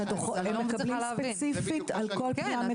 הם מקבלים ספציפית על כל פנייה.